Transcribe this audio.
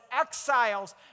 exiles